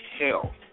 hell